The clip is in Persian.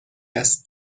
است